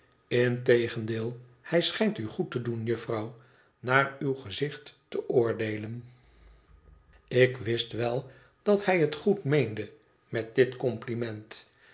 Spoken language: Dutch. integendeel hij schijnt u goed te doen jufvrouw naar uw gezicht te oordeelen ik wist wel dat hij het goed meende met dit compliment